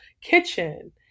kitchen